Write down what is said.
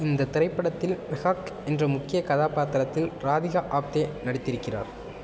இந்தத் திரைப்படத்தில் மெஹாக் என்ற முக்கியக் கதாபாத்திரத்தில் ராதிகா ஆப்தே நடித்திருக்கிறார்